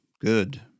good